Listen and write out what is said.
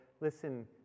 listen